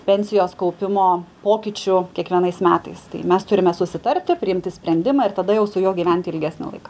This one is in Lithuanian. pensijos kaupimo pokyčių kiekvienais metais tai mes turime susitarti priimti sprendimą ir tada jau su juo gyventi ilgesnį laiką